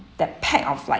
that pack of like